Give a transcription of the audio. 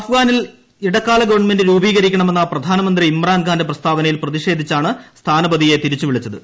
അഫ്ഗാനിൽ ഇടക്കാല ഗവൺമെന്റ് രൂപികരിക്കണമെന്ന പ്രധാനമന്ത്രി ഇമ്രാൻഖാന്റെ പ്രസ്താവനയിൽ പ്രതിക്ഷേധിച്ചാണ് സ്ഥാനപതിയെ തിരിച്ച് വിളിച്ചത്